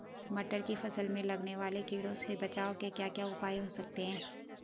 मटर की फसल में लगने वाले कीड़ों से बचाव के क्या क्या उपाय हो सकते हैं?